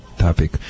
topic